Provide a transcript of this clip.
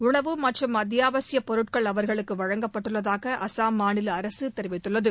உணவு மற்றும் அத்தியாவசியப் பொருட்கள் அவர்களுக்கு வழங்கப்பட்டுள்ளதாக அசாம் மாநில அரசு தெரிவித்துள்ளது